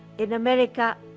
in america,